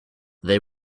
they